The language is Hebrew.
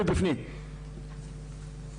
שממש אחר כך מגישים עתירות,